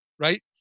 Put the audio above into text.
Right